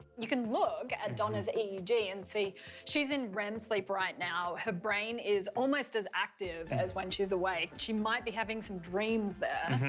you can look at donna's eeg and see she's in rem sleep right now. her brain is almost as active as when she's awake. she might be having some dreams, there.